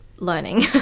learning